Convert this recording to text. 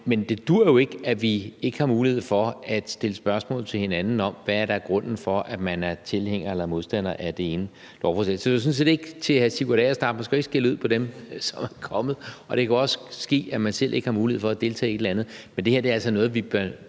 men det duer jo ikke, at vi ikke har mulighed for at stille spørgsmål til hinanden om, hvad der er grunden bag, at man er tilhænger eller modstander af det ene lovforslag. Så det er sådan set ikke for at skælde ud, hr. Sigurd Agersnap. Man skal jo ikke skælde ud på dem, som er kommet, og det kan også ske, at man selv ikke har mulighed for at deltage i et eller andet, men det her er altså noget, vi bliver